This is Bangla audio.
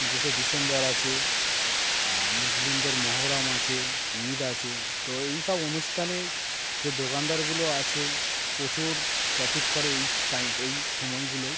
পঁচিশে ডিসেম্বর আছে মুসলিমদের মহরম আছে ঈদ আছে তো এইসব অনুষ্ঠানে যে দোকানদারগুলো আছে প্রচুর প্রফিট করে এই টাইম এই সময়গুলোই